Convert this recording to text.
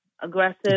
Aggressive